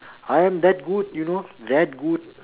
I am that good you know that good